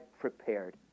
prepared